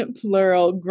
plural